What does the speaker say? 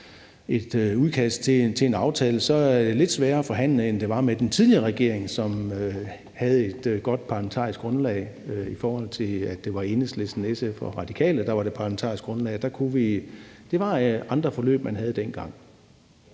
et udkast til en aftale, så er det lidt sværere at forhandle, end det var med den tidligere regering, som havde et godt parlamentarisk grundlag, i forhold til at det var Enhedslisten, SF og Radikale, der var det parlamentariske grundlag. Det var nogle andre forløb, man havde dengang.